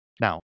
Now